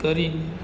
કરીને